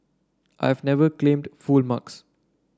I have never claimed full marks